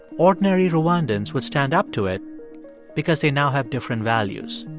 ordinary rwandans would stand up to it because they now have different values.